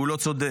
שהוא לא צודק,